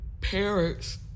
parents